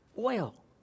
Oil